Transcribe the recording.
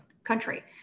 country